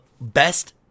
best